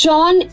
John